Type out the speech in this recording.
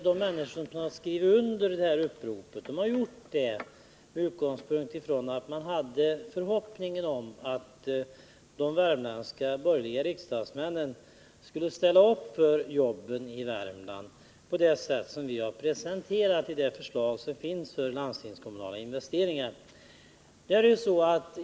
De människor som skrivit under uppropet har gjort det med utgångspunkt i att man hade förhoppning om att de värmländska borgerliga riksdagsmännen skulle ställa upp för jobben i Värmland på det sätt ni har presenterat i det förslag som finns för landstingskommunala investerifigar.